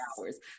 hours